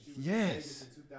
Yes